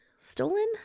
Stolen